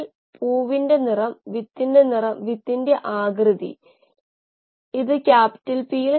ഈ സാഹചര്യങ്ങളിലെല്ലാംസ്കെയിൽ ഡൌൺ പ്രധാനമായിത്തീരുന്നു